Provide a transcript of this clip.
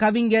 கவிஞர்